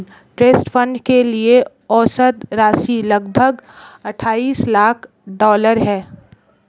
trust fund के लिए औसत राशि लगभग अट्ठाईस लाख डॉलर है